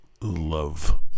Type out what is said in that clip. Love